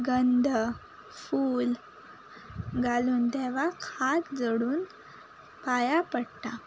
गंध फूल गालून देवाक हात जोडून पांयां पट्टा